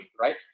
right